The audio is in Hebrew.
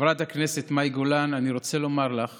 חברת הכנסת מאי גולן, אני רוצה לומר לך